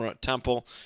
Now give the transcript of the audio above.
temple